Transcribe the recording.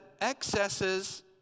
Excesses